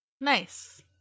Nice